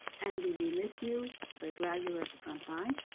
andy, we miss you, we're glad you're at the front line.